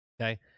Okay